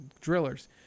drillers